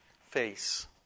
face